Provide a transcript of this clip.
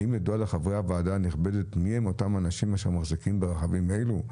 האם ידוע לחברי הוועדה הנכבדת מי הם אותם אנשים אשר מחזיקים ברכבים אלו?